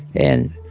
and